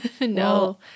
no